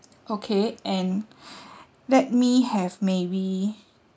okay and let me have maybe